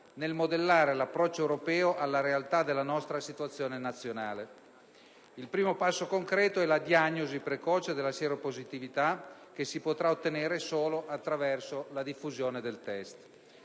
nel modellare l'approccio europeo alla realtà della nostra situazione nazionale. Il primo passo concreto è la diagnosi precoce della sieropositività che si potrà ottenere solo attraverso la diffusione del test.